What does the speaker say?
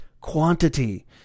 quantity